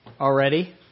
already